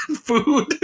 food